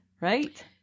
Right